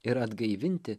ir atgaivinti